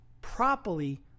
properly